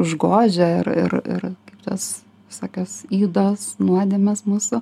užgožia ir ir tos visokios ydos nuodėmės mūsų